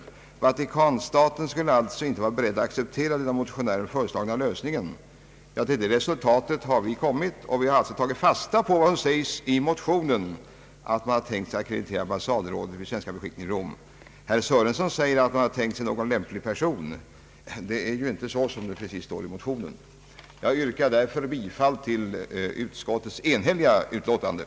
Vatikanstaten skulle alltså inte vara beredd att acceptera den av motionärerna föreslagna lösningen. Till det resultatet har vi kommit, och vi har tagit fasta på vad som sägs i motionerna, nämligen att man tänkt sig att ackreditera ambassadrådet vid svenska beskickningen i Rom. Herr Sörenson säger att man tänkt sig någon lämplig person. Det står inte så i motionerna. Jag yrkar därför bifall till utskottets enhälliga hemställan.